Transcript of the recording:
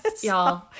y'all